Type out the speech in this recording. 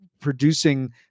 producing